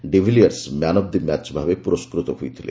de Villiers man of the match ଭାବେ ପୁରସ୍କୃତ ହୋଇଥିଲେ